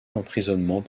d’emprisonnement